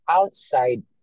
outside